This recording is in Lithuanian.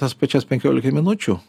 tas pačias penkiolikai minučių